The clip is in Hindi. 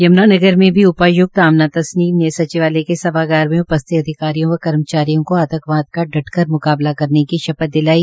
यमुनानगर में भी उपायुक्त आमना तस्मीन ने सचिवालय के सभागार में उपस्थित अधिकारियों व कर्मचारियों को आंतकवाद का डटकर म्काबला करने की शपथ दिलाई